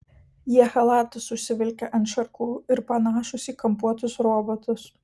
jie chalatus užsivilkę ant švarkų ir panašūs į kampuotus robotus